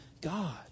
God